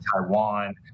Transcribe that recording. Taiwan